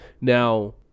now